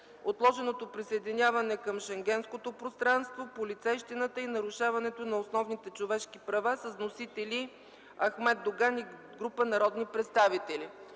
отложеното присъединяване към Шенгенското пространство, полицейщината и нарушаването на основните човешки права, с вносители Ахмед Доган и група народни представители.